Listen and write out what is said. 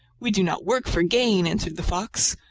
we do not work for gain, answered the fox.